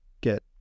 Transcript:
get